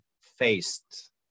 faced